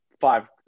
five